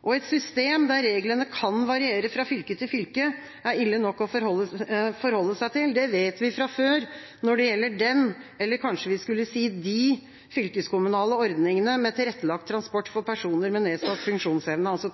og et system der reglene kan variere fra fylke til fylke, er ille nok å forholde seg til. Det vet vi fra før når det gjelder den ordningen – eller kanskje vi skulle si de fylkeskommunale ordningene med tilrettelagt transport for personer med nedsatt funksjonsevne, altså